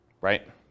right